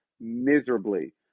miserably